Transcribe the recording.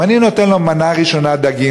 אם אני נותן לו מנה ראשונה דגים,